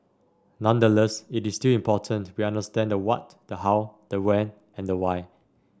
nonetheless it is still important we understand the what the how the when and the why